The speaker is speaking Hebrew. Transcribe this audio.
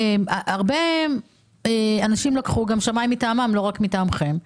הרבה אנשים לקחו גם שמאי מטעמם, לא רק מטעמכם.